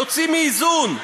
יוצאים מאיזון.